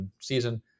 season